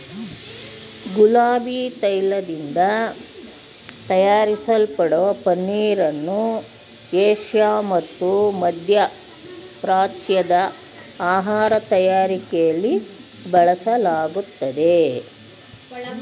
ಗುಲಾಬಿ ತೈಲದಿಂದ ತಯಾರಿಸಲ್ಪಡೋ ಪನ್ನೀರನ್ನು ಏಷ್ಯಾ ಮತ್ತು ಮಧ್ಯಪ್ರಾಚ್ಯದ ಆಹಾರ ತಯಾರಿಕೆಲಿ ಬಳಸಲಾಗ್ತದೆ